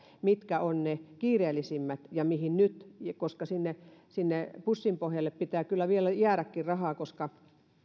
mitkä ovat ne kiireellisimmät asiat ja mihin nyt panostetaan koska sinne sinne pussinpohjalle pitää kyllä vielä jäädäkin rahaa koska